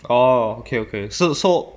orh okay okay 是 so